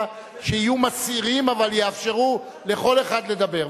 שיהיו מסעירים אבל יאפשרו לכל אחד לדבר.